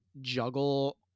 juggle